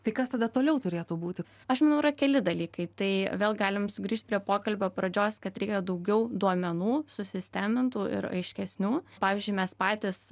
tai kas tada toliau turėtų būti aš manau yra keli dalykai tai vėl galim sugrįžt prie pokalbio pradžios kad reikia daugiau duomenų susistemintų ir aiškesnių pavyzdžiui mes patys